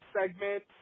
segment